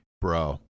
bro